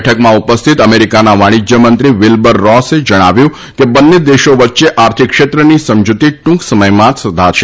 બેઠકમાં ઉપસ્થિત અમેરિકાના વાણિજ્યમંત્રી વીલબર રોસે જણાવ્યું છે કે બંને દેશો વચ્ચે આર્થિક ક્ષેત્રની સમજુતી ટુંક સમયમાં સધાશે